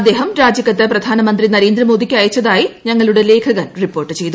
അദ്ദേഹം രാജിക്കത്ത് പ്രധാനമന്ത്രി നരേന്ദ്രമോദിക്ക് അയച്ചതായി ഞങ്ങളുടെ ലേഖകൻ റിപ്പോർട് ചെയ്തു